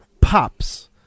Pops